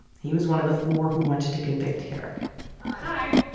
he was one of the four who wanted to convict kerrick hi